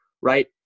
right